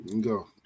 Go